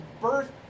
birth